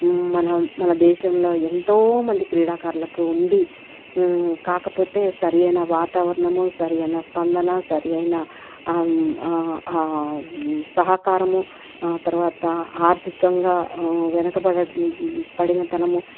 మనం మన దేశంలో ఎంతో మంది క్రీడాకారులకు ఉంది కాకపోతే సరి అయిన వాతావరణము సరి అయిన స్పందన సరి అయిన సహకారము ఆ తర్వాత ఆర్థికంగా వెనుకబడటం పడినతనము